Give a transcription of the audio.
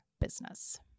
business